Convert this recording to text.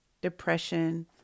depression